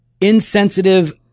insensitive